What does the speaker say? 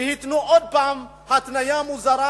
ועוד הפעם התנו התניה מוזרה,